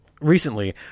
recently